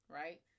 right